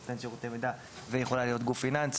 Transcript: היא יכולה להיות נותן שירותי מידע והיא יכולה להיות גוף פיננסי.